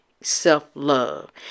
self-love